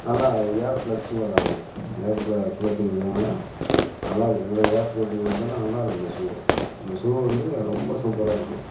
நல்லா ஏர் ஃப்ளெக்ச்சுவல் ஆகுது ஏர் ஃப்ளோ ஃப்ளோட்டிங் இருக்கிறதுனால நல்லா இருக்குது நல்லா ஏர் ஃப்ளோட்டிங் இருக்கதனால் நல்லா இருக்குது இந்த ஷூ இந்த ஷூ வந்து ரொம்ப சூப்பராக இருக்குது